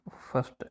first